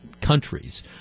countries